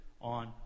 on